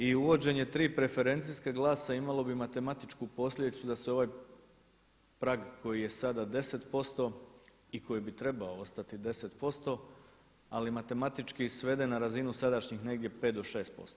I uvođenje tri preferencijska glasa imalo bi matematičku posljedicu da se ovaj prag koji je sada 10% i koji bi trebao ostati 10% ali matematički sveden na razinu sadašnjih negdje 5 do 6%